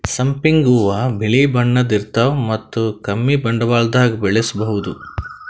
ಸಂಪಿಗ್ ಹೂವಾ ಬಿಳಿ ಬಣ್ಣದ್ ಇರ್ತವ್ ಮತ್ತ್ ಕಮ್ಮಿ ಬಂಡವಾಳ್ದಾಗ್ ಬೆಳಸಬಹುದ್